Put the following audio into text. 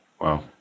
Wow